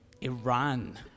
Iran